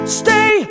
stay